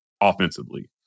offensively